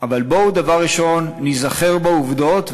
אבל בואו דבר ראשון ניזכר בעובדות,